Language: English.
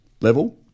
level